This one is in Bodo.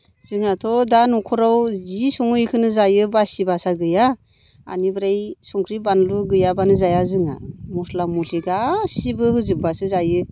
जोंहाथ' दा न'खराव जि सङो बेखौनो जायो बासि बासा गैया बेनिफ्राय संख्रि बानलु गैयाबानो जाया जोंहा मस्ला मस्लि गासिबो होजोब्बासो जायो